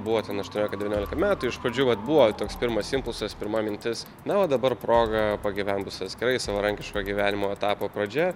buvo ten ašuoniolika devyniolika metų iš pradžių vat buvo toks pirmas impulsas pirma mintis na o dabar proga pagyvent bus atskirai savarankiško gyvenimo etapo pradžia